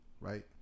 Right